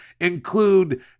include